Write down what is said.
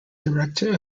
director